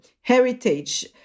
heritage